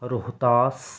Rohtas